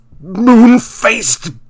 moon-faced